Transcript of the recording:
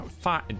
Fine